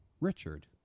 Richard